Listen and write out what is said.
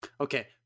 Okay